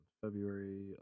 February